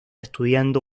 estudiando